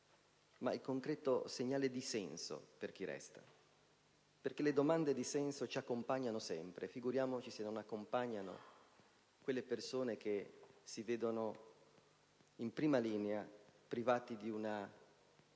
di solidarietà ma di senso per chi resta. Le domande di senso ci accompagnano sempre. Figuriamoci se non accompagnano quelle persone che si vedono in prima linea, private di una